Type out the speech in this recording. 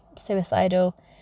suicidal